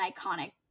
iconic